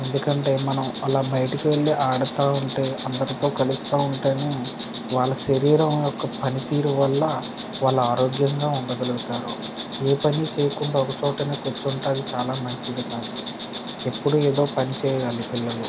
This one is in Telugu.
ఎందుకంటే మనం అలా బయటకు వెళ్లి ఆడతా ఉంటే అందరితో కలుస్తూ ఉంటేనే వాళ్ళ శరీరం యొక్క పనితీరు వల్ల వాళ్లు ఆరోగ్యంగా ఉండగలుగుతారు ఏ పని చేయకుండా ఒక చోటనే కూర్చుంటే అది చాలా మంచిది కాదు ఎప్పుడూ ఏదో పని చేయాలి పిల్లలు